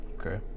Okay